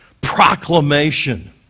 proclamation